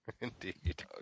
indeed